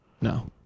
No